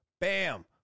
bam